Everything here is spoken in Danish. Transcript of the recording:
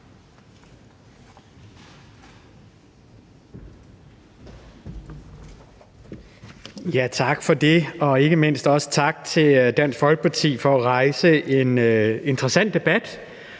Tak for det. Og ikke mindst tak til Dansk Folkeparti for at rejse en interessant debat